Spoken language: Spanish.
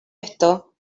esto